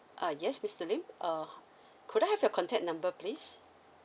ah yes mister lim uh could I have your contact number please